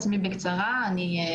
גרושה שנתיים.